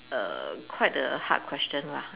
err quite a hard question lah